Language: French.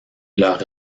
leurs